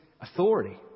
authority